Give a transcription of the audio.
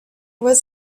was